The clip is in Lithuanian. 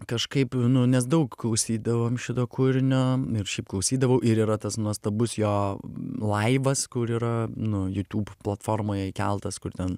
kažkaip nu nes daug klausydavom šito kūrinio ir šiaip klausydavau ir yra tas nuostabus jo laivas kur yra nu jutub platformoje įkeltas kur ten